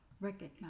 Recognize